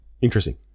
interesting